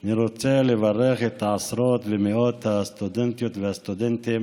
אני רוצה לברך את עשרות ומאות הסטודנטיות והסטודנטים